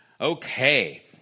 okay